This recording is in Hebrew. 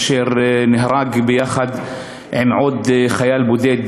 אשר נהרג ביחד עם עוד חייל בודד,